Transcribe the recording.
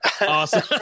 Awesome